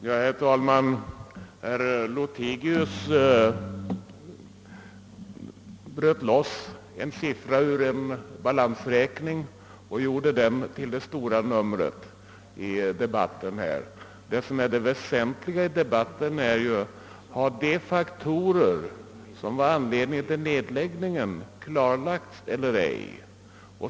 Herr talman! Herr Lothigius bröt loss en siffra ur en balansräkning och gjorde den till det stora numret i debatten. Det väsentliga i debatten är ju om de faktorer som var anledning till nedläggningen har klarlagts eller ej.